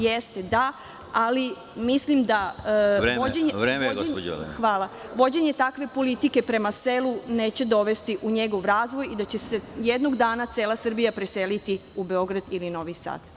Jeste, da ali mislim da vođenje takve politike prema selu neće dovesti u njegov razvoj i da će se jednog dana cela Srbija preseliti u Beograd ili Novi Sad.